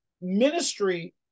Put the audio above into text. Ministry